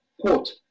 quote